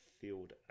Field